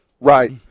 Right